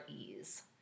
ease